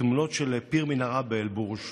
תמונות של פיר מנהרה באל-בורג'.